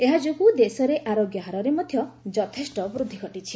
ଏହାଯୋଗୁଁ ଦେଶରେ ଆରୋଗ୍ୟ ହାରରେ ମଧ୍ୟ ଯଥେଷ୍ଟ ବୃଦ୍ଧି ଘଟିଛି